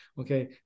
Okay